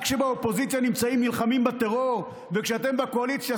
רק כשנמצאים באופוזיציה נלחמים בטרור וכשאתם בקואליציה,